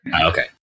okay